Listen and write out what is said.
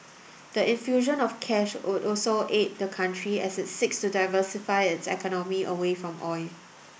the infusion of cash would also aid the country as it seeks to diversify its economy away from oil